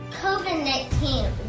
COVID-19